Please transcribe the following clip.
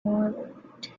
moorland